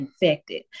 infected